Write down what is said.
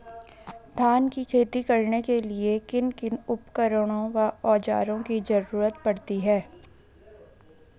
धान की खेती करने के लिए किन किन उपकरणों व औज़ारों की जरूरत पड़ती है?